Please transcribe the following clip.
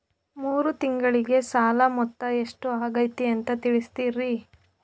ಮೂರು ತಿಂಗಳಗೆ ಸಾಲ ಮೊತ್ತ ಎಷ್ಟು ಆಗೈತಿ ಅಂತ ತಿಳಸತಿರಿ?